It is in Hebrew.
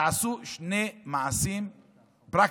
תעשו שני מעשים פרקטיים: